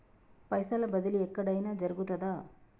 పైసల బదిలీ ఎక్కడయిన జరుగుతదా?